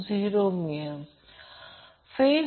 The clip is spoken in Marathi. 72 हा आहे आणि ZL 2